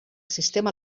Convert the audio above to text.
sistema